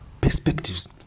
perspectives